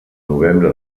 novembre